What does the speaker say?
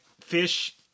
Fish